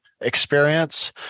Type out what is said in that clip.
experience